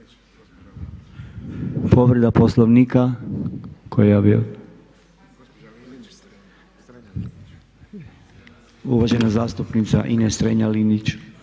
Povreda poslovnika, uvažena zastupnica Ines Strenja-Linić.